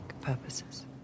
purposes